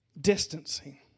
distancing